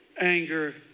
anger